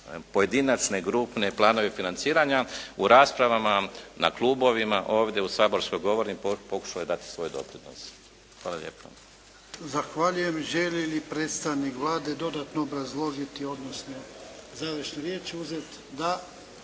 pojedinačne, grupne planove financiranja u raspravma na klubovima, ovdje u saborskoj govornici, pokušali dati svoj doprinos. Hvala lijepa.